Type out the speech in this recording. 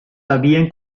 habían